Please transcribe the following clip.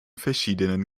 verschiedenen